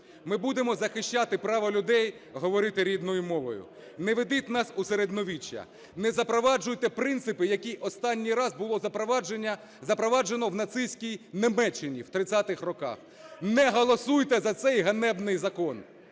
Ми будемо захищати права людей говорити рідною мовою. Не ведіть нас у середньовіччя. Не запроваджуйте принципи, які останній раз були запроваджено в нацистській Німеччині в 30-х роках. Не голосуйте за цей ганебний закон.